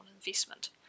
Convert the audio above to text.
investment